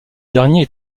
dernier